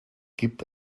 gibt